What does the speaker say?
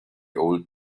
old